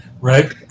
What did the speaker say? Right